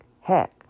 heck